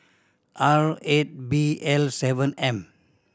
R eight B L seven M